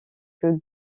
que